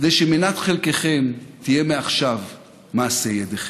כדי שמנת חלקכם תהיה מעכשיו מעשה ידיכם".